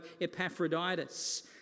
Epaphroditus